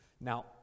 Now